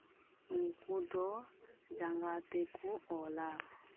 ᱩᱱᱠᱩ ᱫᱚ ᱡᱟᱸᱝᱜᱟ ᱛᱮᱠᱚ ᱚᱞᱼᱟ